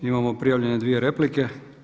Imamo prijavljene dvije replike.